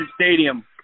Stadium